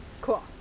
Cool